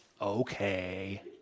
okay